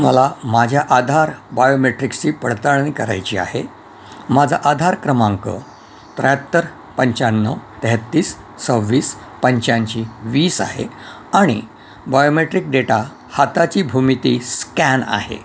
मला माझ्या आधार बायोमेट्रिक्सची पडताळणी करायची आहे माझा आधार क्रमांक त्र्याहत्तर पंचाण्णव तेहेतीस सव्वीस पंचाऐंशी वीस आहे आणि बायोमेट्रिक डेटा हाताची भूमिती स्स्कॅन आहे